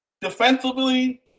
defensively